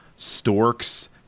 storks